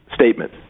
statement